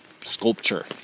sculpture